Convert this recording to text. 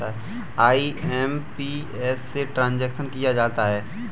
IMPS से transaction किया जाता है